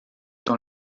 dans